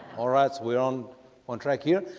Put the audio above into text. all right. we're on on track here.